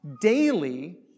daily